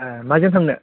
ए माजों थांनो